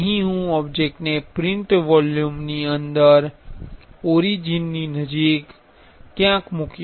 અહીં હું ઓબ્જેક્ટને પ્રિન્ટ વોલ્યુમ ની અંદર ઓરિજિનની નજીક ક્યાંક મૂકીશ